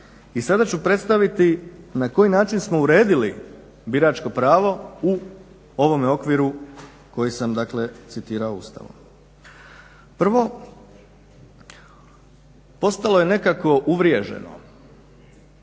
i sada ću predstaviti na koji način smo uredili biračko pravo u ovome okviru koji sam dakle citirao Ustavom. Prvo, postalo je nekako uvriježeno